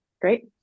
great